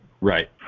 Right